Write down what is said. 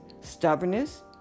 Stubbornness